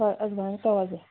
ꯍꯣꯏ ꯑꯗꯨꯃꯥꯏ ꯇꯧꯔꯁꯦ